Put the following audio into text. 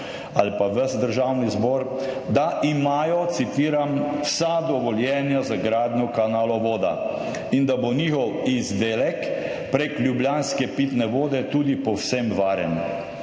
ali pa ves Državni zbor, da imajo, citiram: »vsa dovoljenja za gradnjo kanalov voda in da bo njihov izdelek prek ljubljanske pitne vode tudi povsem varen«.